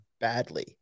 badly